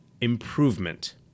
improvement